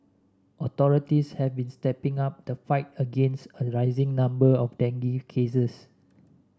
authorities have been stepping up the fight against a rising number of dengue cases